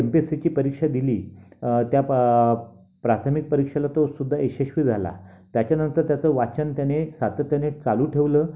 M P S सीची परीक्षा दिली त्या प प्राथमिक परीक्षेला तो सुद्धा यशस्वी झाला त्याच्यानंतर त्याचं वाचन त्याने सातत्याने चालू ठेवलं